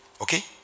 Okay